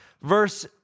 Verse